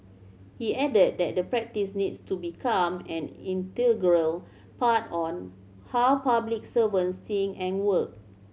he added that the practice needs to become an integral part on how public servants think and work